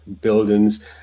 buildings